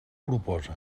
propose